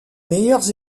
meilleures